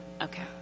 okay